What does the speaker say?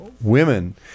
women